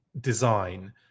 design